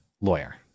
lawyer